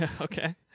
Okay